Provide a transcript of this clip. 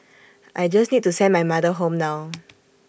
I just need to send my mother home now